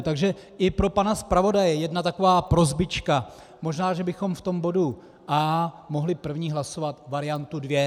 Takže i pro pana zpravodaje jedna taková prosbička, možná že bychom v tom bodu A mohli první hlasovat variantu dvě.